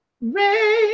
Rain